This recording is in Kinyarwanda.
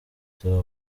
theo